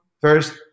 first